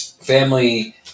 family